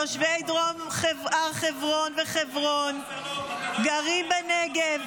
תושבי דרום הר חברון וחברון גרים בנגב,